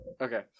Okay